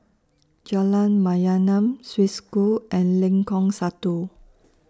Jalan Mayaanam Swiss School and Lengkong Satu